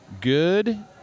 good